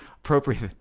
Appropriate